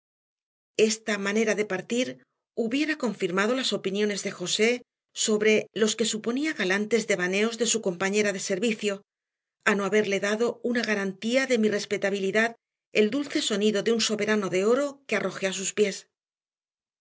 esta manera de partir hubiera confirmado las opiniones de josé sobre los que suponía galantes devaneos de su compañera de servicio a no haberle dado una garantía de mi respetabilidad el dulce sonido de un soberano de oro que arrojé a sus pies